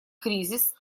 кризис